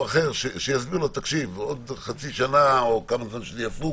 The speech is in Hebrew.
אחר שיסביר לו שבעוד חצי שנה או כשזה יפוג,